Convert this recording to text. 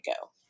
go